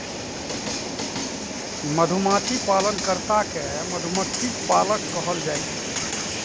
मधुमाछी पालन कर्ता कें मधुमक्खी पालक कहल जाइ छै